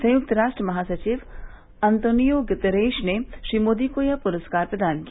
संयुक्त राष्ट्र महासचिव अंतोनियो गुतरश ने श्री मोदी को यह पुरस्कार प्रदान किया